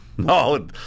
No